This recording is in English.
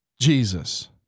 Jesus